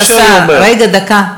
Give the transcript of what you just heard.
רק דקה.